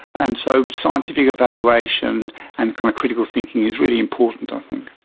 and so scientific evaluation and kind of critical thinking is really important i think.